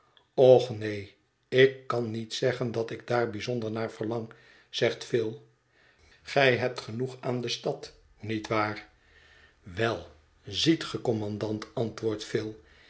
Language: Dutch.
och neen ik kan niet zeggen dat ik daar bijzonder naar verlang zegt phil gij hebt genoeg aan de stad niet waar wel ziet ge kommandant antwoordt phil